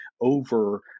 over